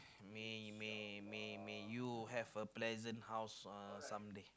may may may may you have a pleasant house uh someday